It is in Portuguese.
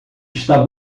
está